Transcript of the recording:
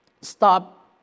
stop